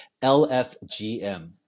LFGM